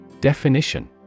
Definition